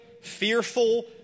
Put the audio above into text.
fearful